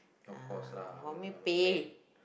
of course lah you know I don't mean